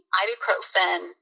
ibuprofen